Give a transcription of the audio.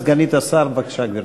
סגנית השר, בבקשה, גברתי.